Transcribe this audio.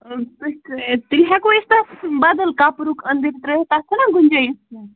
تیٚلہِ ہٮ۪کو أسۍ تَتھ بَدَل کَپرُک أنٛدٕرۍ ترٛٲیِتھ تَتھ چھَنَہ گُنجٲیِش کیٚنٛہہ